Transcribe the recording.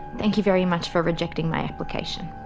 thank you very much for rejecting my application.